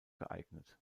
geeignet